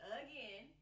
again